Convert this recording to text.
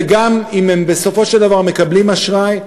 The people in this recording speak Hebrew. וגם אם הם בסופו של דבר מקבלים אשראי,